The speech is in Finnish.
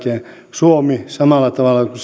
suomi samalla tavalla kuin seitsemänkymmentäviisi